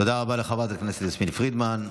תודה רבה לחברת הכנסת יסמין פרידמן.